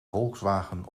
volkswagen